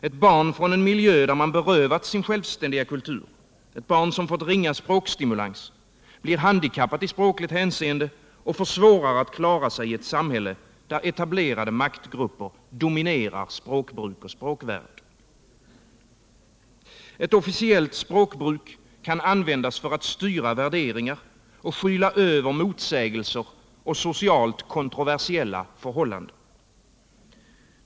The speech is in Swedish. Ett barn från en miljö där man berövats sin självständiga kultur, ett barn som fått ringa språkstimulans, blir handikappat i språkligt hänseende och får svårare att klara sig i ett samhälle, där etablerade maktgrupper dominerar språk och språk värld. Ett officiellt språkbruk kan användas för att styra värderingar och skyla över motsägelser och socialt kontroversiella förhållanden.